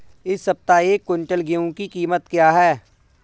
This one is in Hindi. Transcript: इस सप्ताह एक क्विंटल गेहूँ की कीमत क्या है?